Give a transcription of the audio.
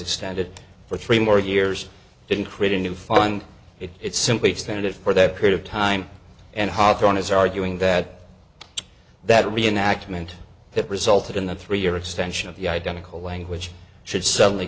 extended for three more years didn't create a new fund it simply extended for that period of time and hard drawn is arguing that that reenactment that resulted in the three year extension of the identical language should suddenly